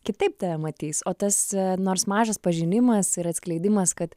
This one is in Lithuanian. kitaip tave matys o tas nors mažas pažinimas ir atskleidimas kad